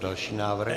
Další návrh.